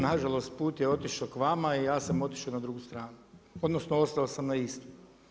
Nažalost, put je otišao k vama i ja sam otišao na drugu stranu, odnosno, ostao sam na istom.